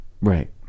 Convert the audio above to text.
Right